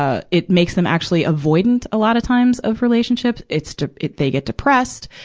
ah it makes them actually avoidant, a lot of times, of relationships. it's de, it, they get depressed.